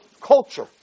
culture